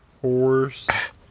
horse